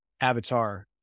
avatar